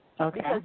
Okay